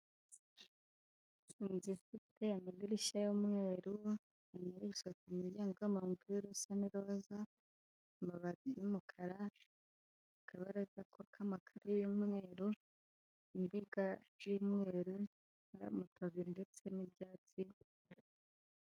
inzu ifite amadirishya y'umweru, umuntu uri gusohoka ku muryango yambambe umupira usa n'iroza, amabati y'umukara akabaraza k'amakaro y'umweru, imbuga y'umweru y'amapave ndetse n'ibyatsi